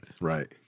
Right